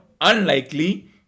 unlikely